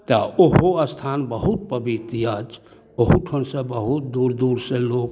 तऽ ओहो अस्थान बहुत पवित्र अछि ओहूठामसँ बहुत दूर दूरसँ लोक